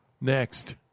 Next